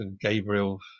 gabriel